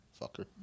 fucker